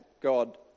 God